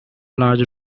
large